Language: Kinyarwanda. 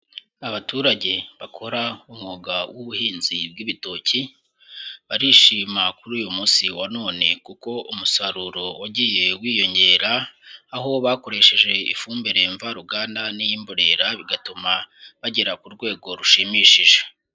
Abaturage bakora umwuga w'ubuhinzi bw'ibitoki, barishima kuri uyu munsi wa none kuko umusaruro wagiye wiyongera, aho bakoresheje ifumbire mvaruganda n'iy'imborera, bigatuma bagera ku rwego rushimishije.